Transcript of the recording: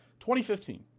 2015